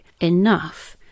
enough